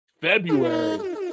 february